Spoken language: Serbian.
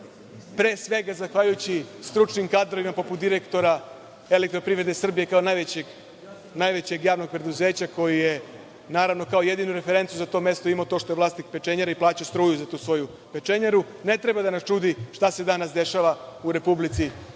pre svega zahvaljujući stručnim kadrovima, poput direktora EPS kao najvećeg javnog preduzeća, koji je, naravno, kao jedinu referencu za to mesto imao to što je vlasnik pečenjare i plaćao struju za tu svoju pečenjaru, ne treba da nas čudi šta se danas dešava u Republici